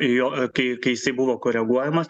jo kai kai jisai buvo koreguojamas